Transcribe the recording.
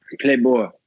playboy